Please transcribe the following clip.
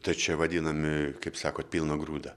tai čia vadinami kaip sakot pilno grūdo